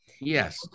Yes